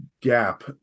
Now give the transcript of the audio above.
gap